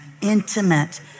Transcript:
intimate